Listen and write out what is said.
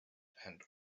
and